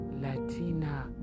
Latina